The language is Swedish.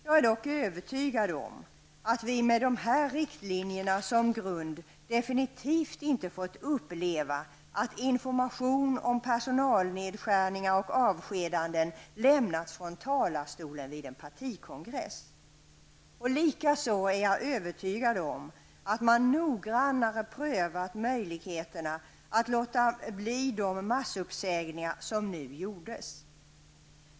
Jag är dock övertygad om att vi med dessa riktlinjer som grund definitivt inte hade fått uppleva att information om personalnedskärningar lämnats från talarstolen vid en partikongress. Jag är också övertygad om att man noggrannare hade prövat möjligheterna att undvika de massuppsägningar som nu ägde rum.